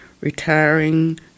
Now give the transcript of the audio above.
retiring